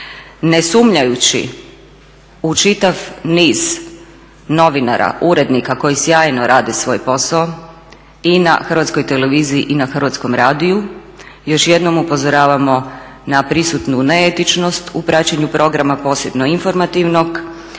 Ne sumnjajući u čitav niz novinara, urednika koji sjajno rade svoj posao i na HTV-u i na Hrvatskom radiju, još jednom upozoravamo na prisutnu neetičnost u praćenju programa, posebno informativnog